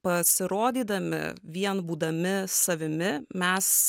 pasirodydami vien būdami savimi mes